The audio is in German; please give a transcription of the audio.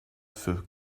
für